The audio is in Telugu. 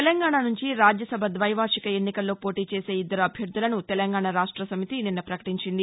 తెలంగాణ నుంచి రాజ్యసభ ద్వైవార్షిక ఎన్నికల్లో పోటీ చేసే ఇద్దరు అభ్యర్టులను తెలంగాణ రాష్ట సమితి గురువారం ప్రకటించింది